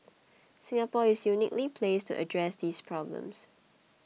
Singapore is uniquely placed to address these problems